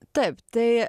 taip tai